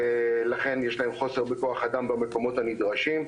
ולכן יש להם חוסר בכוח אדם במקומות הנדרשים.